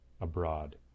abroad